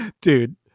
dude